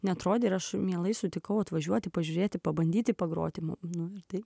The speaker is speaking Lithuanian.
neatrodė aš mielai sutikau atvažiuoti pažiūrėti pabandyti pagroti nueiti